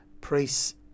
priests